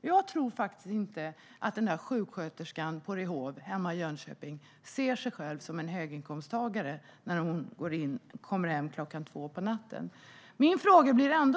Jag tror faktiskt inte att sjuksköterskan på Ryhov hemma i Jönköping ser sig själv som en höginkomsttagare när hon kommer hem klockan två på natten. Min fråga